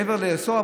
מעבר ללאסור,